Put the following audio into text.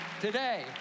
Today